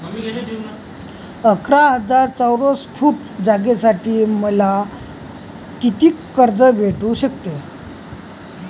अकरा हजार चौरस फुट जागेसाठी मले कितीक कर्ज भेटू शकते?